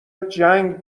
جنگ